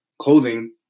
clothing